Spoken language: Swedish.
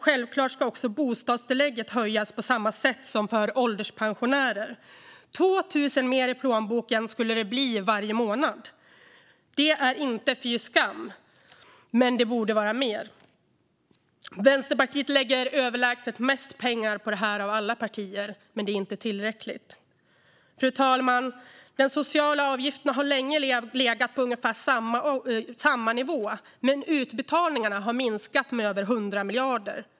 Självklart ska också bostadstillägget höjas, på samma sätt som för ålderspensionärer. 2 000 kronor mer i plånboken skulle det bli varje månad. Det är inte fy skam. Men det borde vara mer. Vänsterpartiet lägger överlägset mest pengar på detta av alla partier. Men det är inte tillräckligt. Fru talman! De sociala avgifterna har länge legat på ungefär samma nivå, men utbetalningarna har minskat med över 100 miljarder.